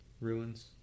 Ruins